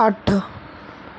ਅੱਠ